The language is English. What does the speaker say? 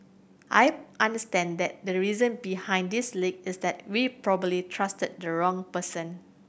I understand that the reason behind this leak is that we probably trusted the wrong person